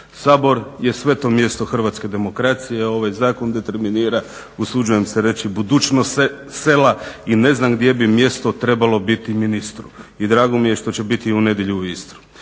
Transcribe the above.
Sabor je sveto mjesto hrvatske demokracije. Ovaj zakon determinira usuđujem se reći budućnost sela i ne znam gdje bi mjesto trebalo biti ministru. I drago mi je što će biti u nedjelju u Istru.